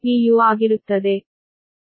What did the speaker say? u ಆಗಿರುತ್ತದೆ